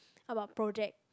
talk about project